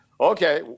okay